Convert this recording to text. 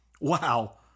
Wow